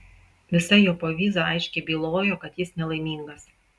visa jo povyza aiškiai bylojo kad jis nelaimingas